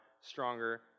stronger